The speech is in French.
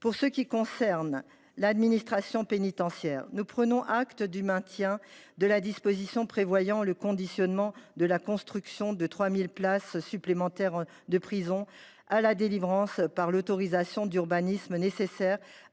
Pour ce qui concerne l’administration pénitentiaire, nous prenons acte du maintien de la mesure prévoyant le conditionnement de la construction de 3 000 places de prison supplémentaires à la délivrance des autorisations d’urbanisme nécessaires à la réalisation